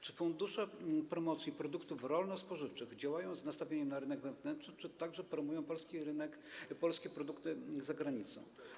Czy fundusze promocji produktów rolno-spożywczych działają z nastawieniem na rynek wewnętrzny, czy także promują polskie produkty za granicą?